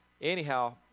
anyhow